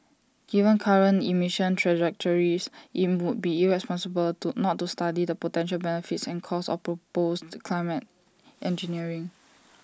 given current emissions trajectories IT would be irresponsible to not to study the potential benefits and costs of proposed climate engineering